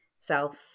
self